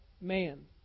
man